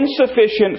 Insufficient